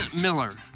Miller